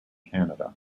canada